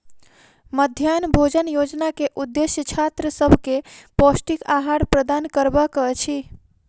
मध्याह्न भोजन योजना के उदेश्य छात्र सभ के पौष्टिक आहार प्रदान करबाक अछि